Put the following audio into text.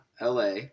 LA